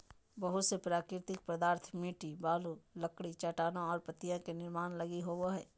बहुत से प्राकृतिक पदार्थ मिट्टी, बालू, लकड़ी, चट्टानें और पत्तियाँ के निर्माण लगी होबो हइ